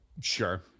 Sure